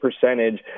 percentage